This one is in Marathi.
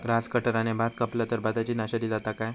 ग्रास कटराने भात कपला तर भाताची नाशादी जाता काय?